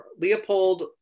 Leopold